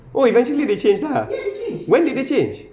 oh eventually they change lah when did they change